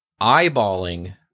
eyeballing